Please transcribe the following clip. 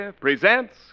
presents